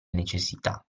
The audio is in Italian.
necessità